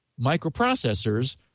microprocessors